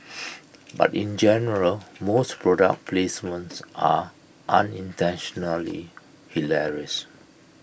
but in general most product placements are unintentionally hilarious